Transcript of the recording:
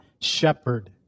shepherd